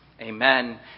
Amen